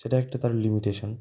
সেটা একটা তার লিমিটেশান